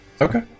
Okay